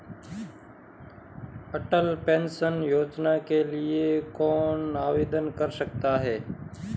अटल pension Yojana के लिए कौन आवेदन कर सकता है?